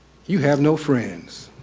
you have no friends